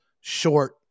short